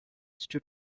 stood